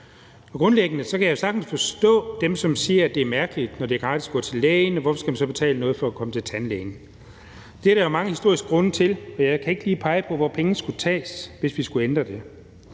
Grundlæggende kan jeg jo sagtens forstå dem, som siger, at det er mærkeligt: Når det er gratis at gå til lægen, hvorfor skal man så betale noget for at komme til tandlægen? Det er der jo mange historiske grunde til, og jeg kan ikke lige pege på, hvor pengene skulle tages fra, hvis vi skulle ændre det.